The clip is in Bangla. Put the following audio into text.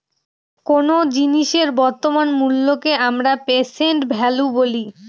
কোন জিনিসের বর্তমান মুল্যকে আমরা প্রেসেন্ট ভ্যালু বলি